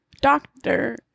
Doctor